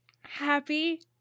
Happy